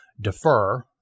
defer